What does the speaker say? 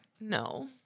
No